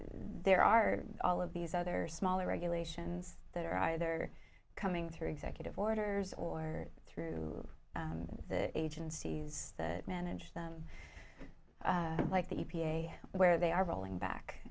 there are all of these other smaller regulations that are either coming through executive orders or through the agencies that manage them like the e p a where they are rolling back